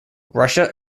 russia